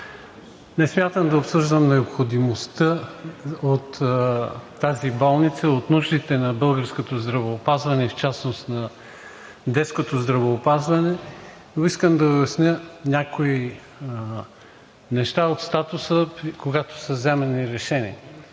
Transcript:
Не смятам да обсъждам необходимостта на тази болница, от нуждите на българското здравеопазване и в частност на детското здравеопазване, но искам да обясня някои неща от статуса, когато са вземани решенията.